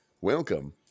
Welcome